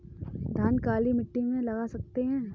धान काली मिट्टी में लगा सकते हैं?